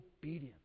obedience